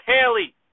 Haley